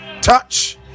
touch